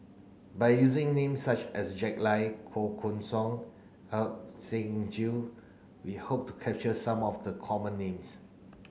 by using names such as Jack Lai Koh Guan Song Ajit Singh Gill we hope to capture some of the common names